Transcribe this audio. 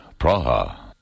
Praha